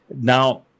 now